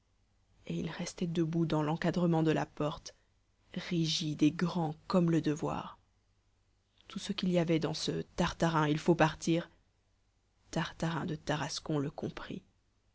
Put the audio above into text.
et il restait debout dans l'encadrement de la porte rigide et grand comme le devoir page tout ce qu'il y avait dans ce tartarin il faut partir tartarin de tarascon le comprit